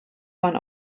man